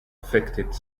affected